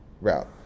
route